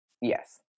yes